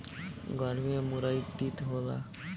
गरमी में मुरई तीत होला